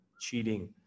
cheating